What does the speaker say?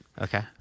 Okay